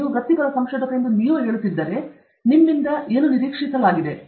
ನೀವು ವೃತ್ತಿಪರ ಸಂಶೋಧಕ ಎಂದು ನೀವು ಹೇಳುತ್ತಿದ್ದರೆ ನಿಮ್ಮಿಂದ ಏನು ನಿರೀಕ್ಷಿಸಲಾಗಿದೆ